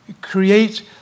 Create